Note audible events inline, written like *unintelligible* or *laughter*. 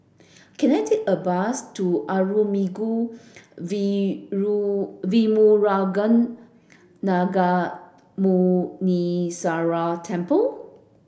can I take a bus to Arulmigu *unintelligible* Velmurugan Gnanamuneeswarar Temple